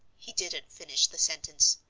he didn't finish the sentence,